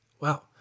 Wow